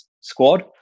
squad